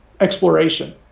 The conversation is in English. exploration